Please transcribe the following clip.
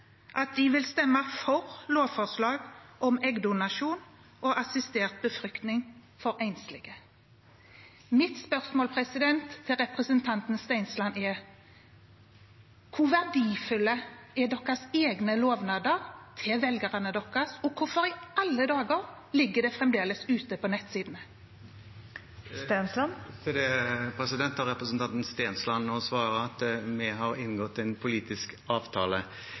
at de vil stemme for lovforslag om eggdonasjon og assistert befruktning for enslige. Mitt spørsmål til representanten Stensland er: Hvor verdifulle er deres egne lovnader til velgerne deres? Og hvorfor i alle dager ligger dette fremdeles ute på nettsidene? Til det kan representanten Stensland nå svare at vi har inngått en politisk avtale,